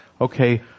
okay